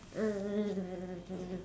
um